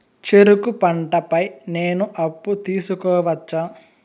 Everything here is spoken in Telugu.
చెరుకు పంట పై నేను అప్పు తీసుకోవచ్చా?